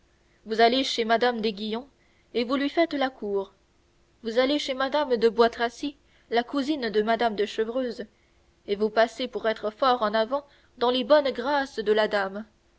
vous allez chez mme d'aiguillon et vous lui faites la cour vous allez chez mme de bois tracy la cousine de mme de chevreuse et vous passez pour être fort en avant dans les bonnes grâces de la dame